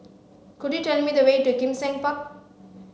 could you tell me the way to Kim Seng Park